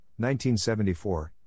1974